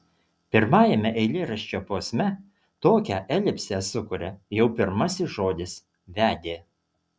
pirmajame eilėraščio posme tokią elipsę sukuria jau pirmasis žodis vedė